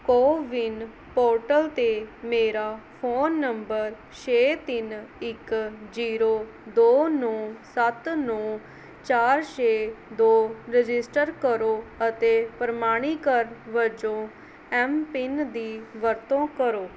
CoWIN portal 'ਤੇ ਮੇਰਾ phone number ਛੇ ਤਿੰਨ ਇੱਕ ਜੀਰੋੋ ਦੋ ਨੌ ਸੱਤ ਨੌ ਚਾਰ ਛੇ ਦੋ ਰਜਿਸਟਰ ਕਰੋ ਅਤੇ ਪ੍ਰਮਾਣੀਕਰਨ ਵਜੋਂ ਐੱਮਪਿੰਨ ਦੀ ਵਰਤੋਂ ਕਰੋ